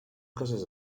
cases